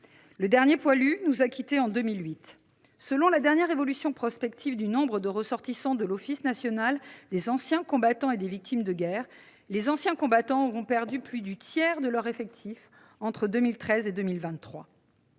Le dernier Poilu nous a quittés en 2008. Selon la dernière prospective sur l'évolution du nombre de ressortissants de l'Office national des anciens combattants et victimes de guerre, les anciens combattants auront perdu plus du tiers de leur effectif entre 2013 et 2023.